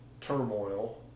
turmoil